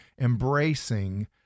embracing